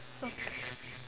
okay